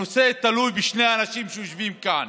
הנושא תלוי בשני אנשים שיושבים כאן: